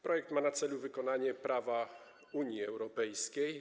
Projekt ma na celu wykonanie prawa Unii Europejskiej.